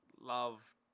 love